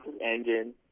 engine